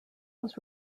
was